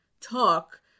talk